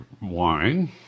wine